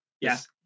yes